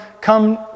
come